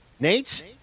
Nate